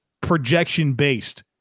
projection-based